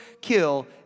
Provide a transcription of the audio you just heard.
kill